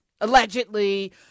allegedly